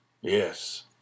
Yes